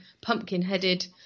pumpkin-headed